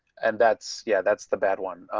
and that's, yeah, that's the bad one.